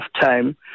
time